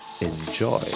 Enjoy